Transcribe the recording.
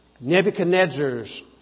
Nebuchadnezzar's